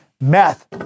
meth